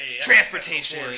transportation